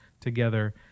together